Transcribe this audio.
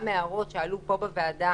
גם הערות שעלו פה בוועדה,